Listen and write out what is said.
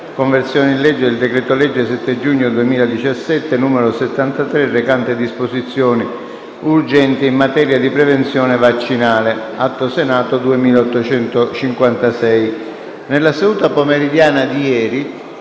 «Conversione in legge del decreto-legge 7 giugno 2017, n. 73, recante disposizioni urgenti in materia di prevenzione vaccinale», considerato che: